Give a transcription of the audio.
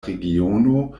regiono